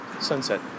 Sunset